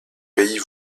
pays